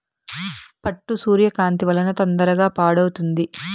పట్టు సూర్యకాంతి వలన తొందరగా పాడవుతుంది